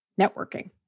networking